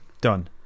done